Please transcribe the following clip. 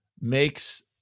Makes